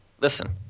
Listen